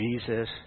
Jesus